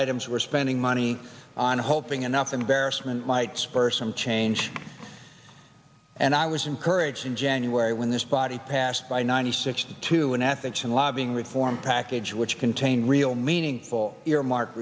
items we're spending money on hoping enough embarrassment might spur some change and i was encouraged in january when this body passed by ninety six to an ethics and lobbying reform package which contain real meaningful earmark